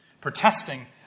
protesting